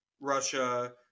Russia